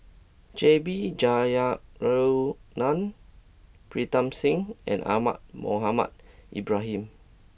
J B Jeyaretnam Pritam Singh and Ahmad Mohamed Ibrahim